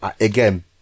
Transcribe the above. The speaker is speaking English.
again